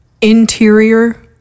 Interior